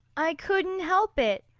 i couldn't help it.